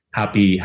happy